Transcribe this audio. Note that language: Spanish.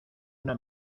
una